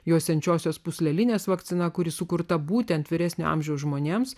juosiančiosios pūslelinės vakciną kuri sukurta būtent vyresnio amžiaus žmonėms